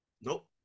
Nope